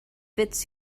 fits